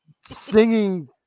singing